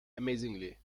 amazingly